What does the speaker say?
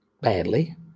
badly